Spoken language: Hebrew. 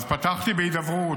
אז פתחתי בהידברות,